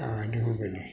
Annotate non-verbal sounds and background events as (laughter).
(unintelligible)